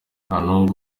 ntamuntu